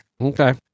Okay